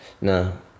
No